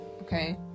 Okay